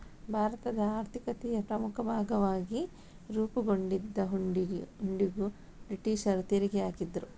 ಭಾರತದ ಆರ್ಥಿಕತೆಯ ಪ್ರಮುಖ ಭಾಗವಾಗಿ ರೂಪುಗೊಂಡಿದ್ದ ಹುಂಡಿಗೂ ಬ್ರಿಟೀಷರು ತೆರಿಗೆ ಹಾಕಿದ್ರು